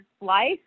life